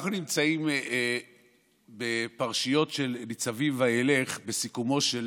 אנחנו נמצאים בפרשיות של ניצבים-וילך, בסיכומו של